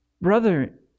Brother